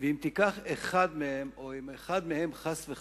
ואם תיקח אחד מהם, או אם אחד מהם יתמוטט,